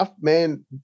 man